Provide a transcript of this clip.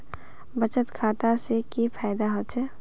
बचत खाता से की फायदा होचे?